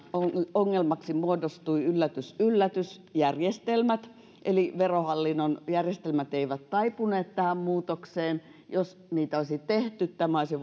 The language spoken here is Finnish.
ongelmaksi muodostui yllätys yllätys järjestelmät eli verohallinnon järjestelmät eivät taipuneet tähän muutokseen jos niitä olisi tehty tämä olisi